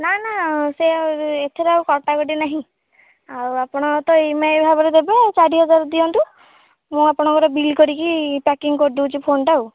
ନା ନା ଏଥିରେ ଆଉ କଟା କଟି ନାହିଁ ଆଉ ଆପଣ ତ ଇ ଏମ୍ ଆଇ ଭାବରେ ଦେବେ ଆଉ ଚାରି ହଜାର ଦିଅନ୍ତୁ ମୁଁ ଆପଣଙ୍କର ବିଲ୍ କରିକି ପ୍ୟାକିଂ କରିଦେଉଛି ଫୋନଟା ଆଉ